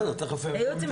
בסדר, תכף הם יתייחסו.